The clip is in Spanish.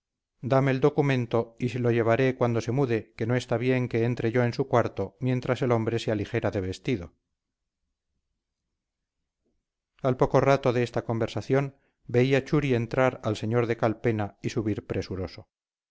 dame el documento y se lo llevaré cuando se mude que no está bien que entre yo en su cuarto mientras el hombre se aligera de vestido al poco rato de esta conversación veía churi entrar al sr de calpena y subir presuroso